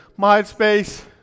Myspace